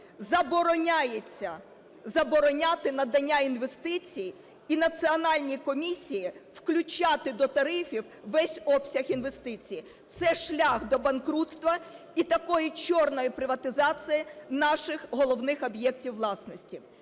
забороняти надання інвестиції і національній комісії включати до тарифів весь обсяг інвестицій". Це шлях до банкрутства і такої "чорної" приватизації наших головних об'єктів власності.